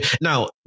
now